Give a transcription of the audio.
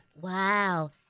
Wow